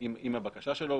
עם הבקשה שלו.